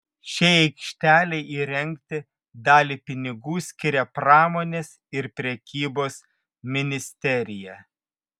šiai aikštelei įrengti dalį pinigų skiria pramonės ir prekybos ministerija